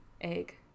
Egg